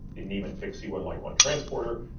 the niemann-pick c one like one transporter,